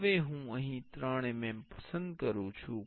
હવે હું અહીં 3 mm પસંદ કરું છું